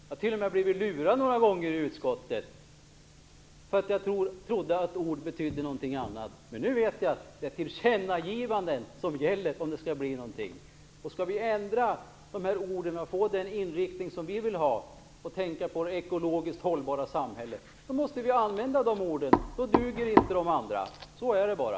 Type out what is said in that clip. Jag har t.o.m. blivit lurad några gånger i utskottet för att jag trodde att de betydde någonting annat. Men nu vet jag att det är tillkännagivanden som gäller om det skall bli någonting av. Skall vi ändra orden så att det blir den inriktning som vi vill ha mot det ekologiskt hållbara samhället måste vi använda de orden. Då duger inte de andra. Så är det bara.